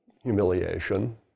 humiliation